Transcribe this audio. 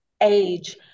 age